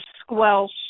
squelch